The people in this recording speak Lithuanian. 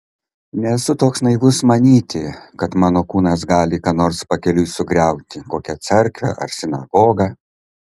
nesu toks naivus manyti kad mano kūnas gali ką nors pakeliui sugriauti kokią cerkvę ar sinagogą